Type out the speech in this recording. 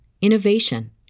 innovation